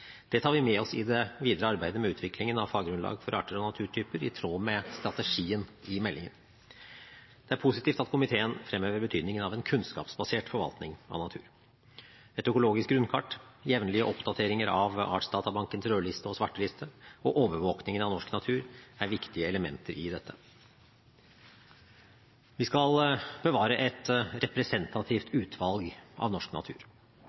Det tar vi med oss i det videre arbeidet med utviklingen av faggrunnlag for arter og naturtyper i tråd med strategien i meldingen. Det er positivt at komiteen fremhever betydningen av en kunnskapsbasert forvaltning av natur. Et økologisk grunnkart, jevnlige oppdateringer av Artsdatabankens rødliste og svarteliste, og overvåkningen av norsk natur er viktige elementer i dette. Vi skal bevare et representativt utvalg av norsk natur.